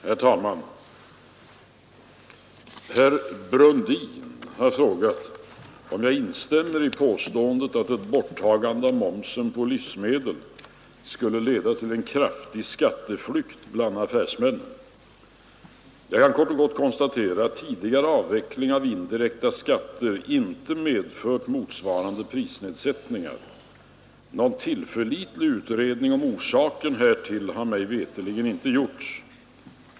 Herr talman! Herr Brundin har frågat mig om jag instämmer i påståendet att ett borttagande av momsen på livsmedel skulle leda till en kraftig skatteflykt bland affärsmännen. Jag kan kort och gott konstatera, att tidigare avveckling av indirekta skatter inte medfört motsvarande prisnedsättningar. Någon tillförlitlig utredning om orsaken härtill har mig veterligen inte gjorts.